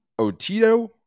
Otito